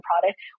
product